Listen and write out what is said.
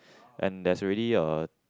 and that's really a